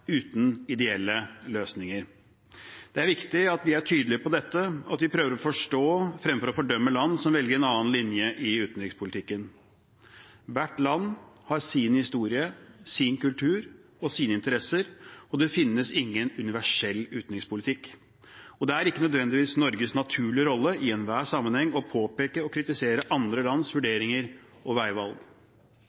uten ideelle løsninger. Det er viktig at vi er tydelige på dette, og at vi prøver å forstå, fremfor å fordømme, land som velger en annen linje i utenrikspolitikken. Hvert land har sin historie, sin kultur og sine interesser, og det finnes ingen universell utenrikspolitikk. Det er ikke nødvendigvis Norges naturlige rolle i enhver sammenheng å påpeke og kritisere andre lands vurderinger og veivalg.